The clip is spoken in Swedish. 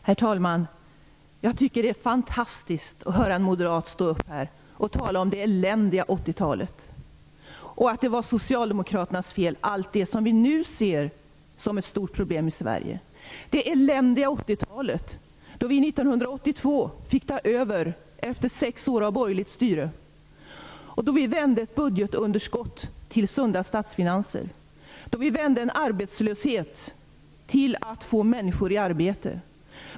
Herr talman! Jag tycker att det är fantastiskt att höra en moderat stå upp här och tala om det eländiga 80-talet och att allt det som vi nu ser som ett stort problem i Sverige var Socialdemokraternas fel. Det eländiga 80-talet var 1982 då vi fick ta över efter sex år av borgerligt styre, då vi vände ett budgetunderskott till sunda statsfinanser och då vi vände arbetslöshet till att få människor i arbete.